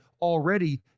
already